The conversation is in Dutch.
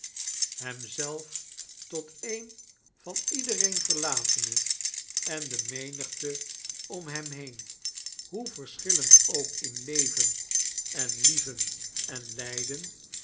hem zelf tot een van iedereen verlatene en de menigte om hem heen hoe verschillend ook in leven en lieven en lijden